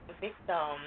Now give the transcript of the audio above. victim